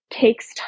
takes